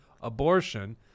abortion